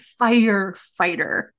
firefighter